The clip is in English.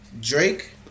Drake